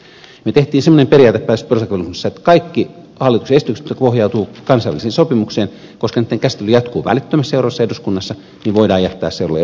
me teimme semmoisen periaatepäätöksen perustuslakivaliokunnassa että kaikki hallituksen esitykset jotka pohjautuvat kansainvälisiin sopimuksiin koska niiden käsittely jatkuu välittömästi seuraavassa eduskunnassa voidaan jättää seuraavalle eduskunnalle